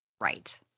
Right